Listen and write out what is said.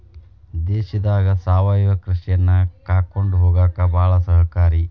ದೇಶದಾಗ ಸಾವಯವ ಕೃಷಿಯನ್ನಾ ಕಾಕೊಂಡ ಹೊಗಾಕ ಬಾಳ ಸಹಕಾರಿ